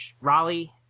raleigh